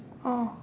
oh